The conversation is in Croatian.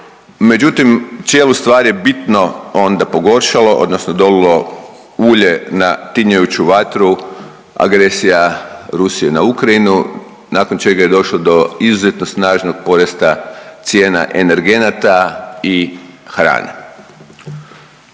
međutim cijelu stvar je onda bitno pogoršalo odnosno dolilo ulje na tinjajuću vatru agresija Rusije na Ukrajinu nakon čega je došlo do izuzetno snažnog porasta cijena energenata i hrane.